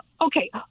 okay